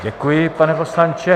Děkuji, pane poslanče.